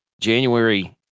January